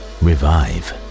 revive